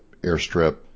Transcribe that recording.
airstrip